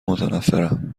متنفرم